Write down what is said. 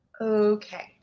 okay